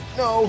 no